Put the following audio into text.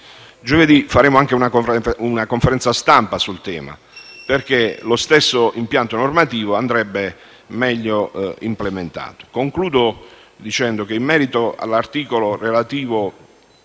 Giovedì faremo una conferenza stampa sul tema, perché lo stesso impianto normativo dovrebbe essere meglio implementato. Concludo dicendo che, in merito all'articolo relativo